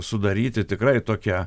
sudaryti tikrai tokią